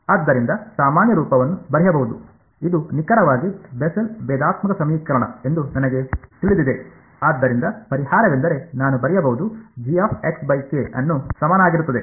ಆದ್ದರಿಂದ ಸಾಮಾನ್ಯ ರೂಪವನ್ನು ಬರೆಯಬಹುದು ಇದು ನಿಖರವಾಗಿ ಬೆಸೆಲ್ನ Bessel's ಭೇದಾತ್ಮಕ ಸಮೀಕರಣ ಎಂದು ನನಗೆ ತಿಳಿದಿದೆ ಆದ್ದರಿಂದ ಪರಿಹಾರವೆಂದರೆ ನಾನು ಬರೆಯಬಹುದು ಅನ್ನು ಸಮನಾಗಿರುತ್ತದೆ